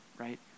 right